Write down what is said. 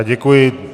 Děkuji.